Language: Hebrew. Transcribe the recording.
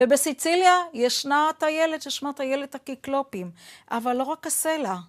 ובסיציליה ישנה הטיילת ששמה טיילת הקקלופים, אבל לא רק הסלע.